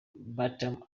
botany